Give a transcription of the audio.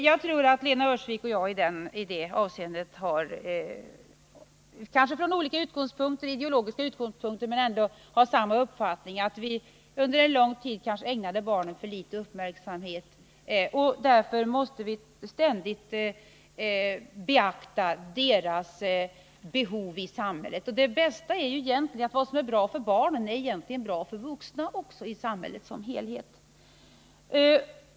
Jag tror att Lena Öhrsvik och jag i det avseendet från olika ideologiska utgångspunkter har samma uppfattning — att vi under en lång tid kanske ägnat barnen för liten uppmärksamhet och att vi därför ständigt måste beakta deras behov i samhället. Och det bästa är ju att vad som är bra för barnen egentligen också är bra för vuxna i samhället i dess helhet.